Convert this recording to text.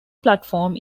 platform